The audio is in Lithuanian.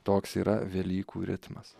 toks yra velykų ritmas